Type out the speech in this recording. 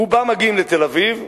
רובם מגיעים לתל-אביב,